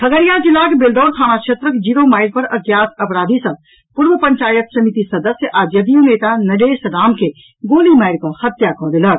खगड़िया जिलाक बेलदौर थाना क्षेत्रक जिरोमाइल पर अज्ञात अपराधी सभ पूर्व पंचायत समिति सदस्य आ जदयू नेता नरेश राम के गोली मारिकऽ हत्या कऽ देलक